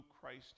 Christ